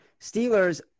Steelers